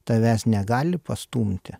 tavęs negali pastumti